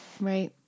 Right